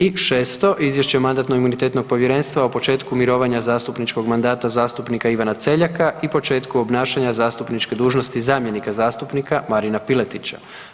I šesto, Izvješće Mandatno-imunitetnog povjerenstva o početku mirovanja zastupničkog mandata zastupnika Ivana Celjaka i početku obnašanja zastupničke dužnosti zamjenika zastupnika Marina Piletića.